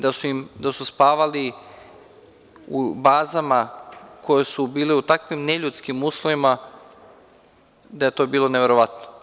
Da su spavali u bazama koje su bile u tako neljudskim uslovima da je to bilo neverovatno.